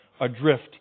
adrift